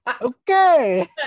okay